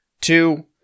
Two